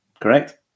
correct